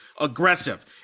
aggressive